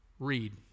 read